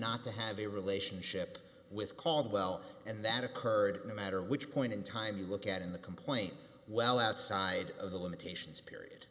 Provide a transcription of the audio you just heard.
not to have a relationship with caldwell and that occurred no matter which point in time you look at in the complaint well outside of the limitations period